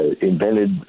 invented